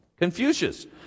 Confucius